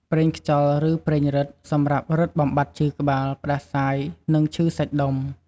ប្រេងខ្យល់ ឬប្រេងរឹត សម្រាប់រឹតបំបាត់ឈឺក្បាល ផ្តាសាយ និងឈឺសាច់ដុំ។